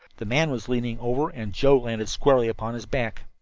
the man was leaning over, and joe landed squarely upon his back.